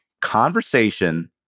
conversation